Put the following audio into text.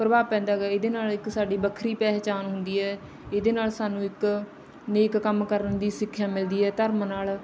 ਪ੍ਰਭਾਵ ਪੈਂਦਾ ਹੈਗਾ ਇਹਦੇ ਨਾਲ ਇੱਕ ਸਾਡੀ ਵੱਖਰੀ ਪਹਿਚਾਣ ਹੁੰਦੀ ਹੈ ਇਹਦੇ ਨਾਲ ਸਾਨੂੰ ਇੱਕ ਨੇਕ ਕੰਮ ਕਰਨ ਦੀ ਸਿੱਖਿਆ ਮਿਲਦੀ ਹੈ ਧਰਮ ਨਾਲ